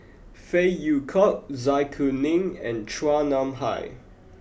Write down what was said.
Phey Yew Kok Zai Kuning and Chua Nam Hai